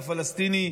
הפלסטיני,